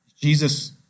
Jesus